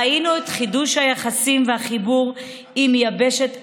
ראינו את חידוש היחסים והחיבור עם יבשת אפריקה,